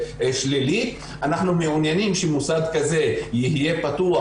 אנחנו לא מדברים על מכללות להכשרת מורים,